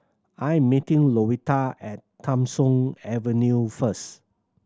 I am meeting Louetta at Tham Soong Avenue first